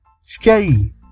scary